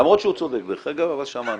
למרות שהוא צודק, דרך אגב, אבל שמענו.